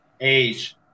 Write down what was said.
Age